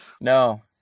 No